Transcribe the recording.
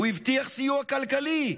הוא הבטיח סיוע כלכלי,